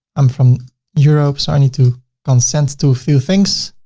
i'm from europe, so i need to consent to a few things.